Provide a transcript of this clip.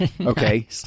okay